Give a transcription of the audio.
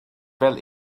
fel